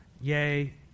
yay